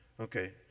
Okay